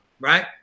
right